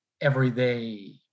everyday